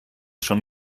schon